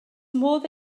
modd